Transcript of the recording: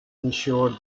ensured